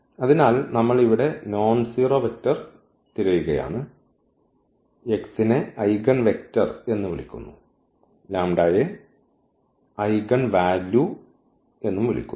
അതിനാൽ നമ്മൾ ഇവിടെ നോൺസീറോ വെക്റ്റർ തിരയുകയാണ് x നെ ഐഗൺവെക്ടർ എന്ന് വിളിക്കുന്നു λ നെ ഐഗൺവാല്യൂ എന്ന് വിളിക്കുന്നു